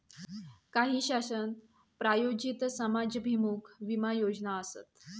काही शासन प्रायोजित समाजाभिमुख विमा योजना आसत